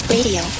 Radio